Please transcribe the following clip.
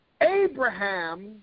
Abraham